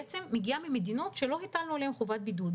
מגיעה ממדינות שלא הטלנו עליהן חובת בידוד.